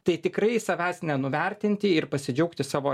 tai tikrai savęs nenuvertinti ir pasidžiaugti savo